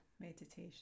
meditation